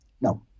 No